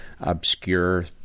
obscure